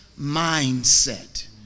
mindset